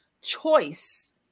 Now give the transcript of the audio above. choice